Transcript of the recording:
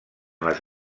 les